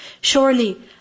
Surely